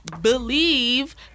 Believe